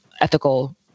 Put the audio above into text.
ethical